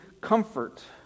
comfort